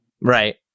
Right